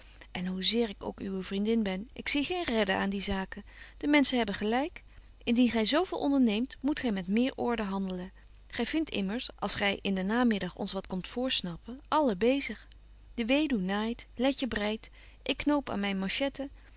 en hoe zeer ik ook uwe vriendin ben ik zie geen redden aan die zaken de menschen hebben gelyk indien gy zo veel onderneemt moet gy met meer orde handelen gy vindt immers als gy in den namiddag ons wat komt voorsnappen allen bezig de weduw naait letje breidt ik knoop aan